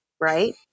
right